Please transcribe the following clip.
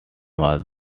was